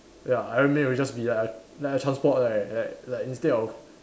ya iron man will be just like a like a transport like like like instead of